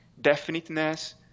Definiteness